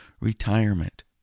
retirement